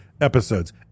episodes